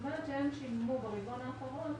הם שילמו ברבעון האחרון